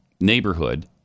neighborhood